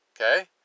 Okay